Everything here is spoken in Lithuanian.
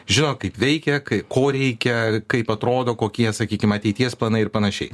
žino kaip veikia kai ko reikia kaip atrodo kokie sakykim ateities planai ir panašiai